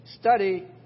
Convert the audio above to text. study